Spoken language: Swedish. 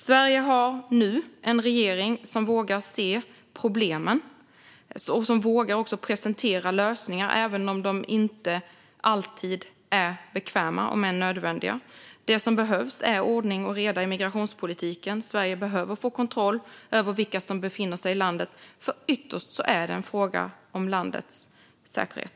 Sverige har nu en regering som vågar se problemen och som vågar presentera lösningar, som inte alltid är bekväma men nödvändiga. Det som behövs är ordning och reda i migrationspolitiken. Sverige behöver få kontroll över vilka som befinner sig i landet. Ytterst är det en fråga om landets säkerhet.